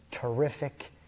terrific